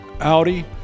Audi